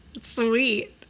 sweet